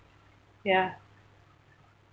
ya